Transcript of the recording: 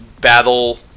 battle